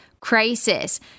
crisis